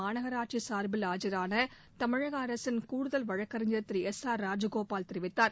மாநகராட்சி சார்பில் ஆஜரான தமிழக அரசின் கூடுதல் வழக்கறிஞர் திரு எஸ் ஆர் ராஜகோபால் கூறினார்